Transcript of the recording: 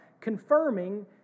confirming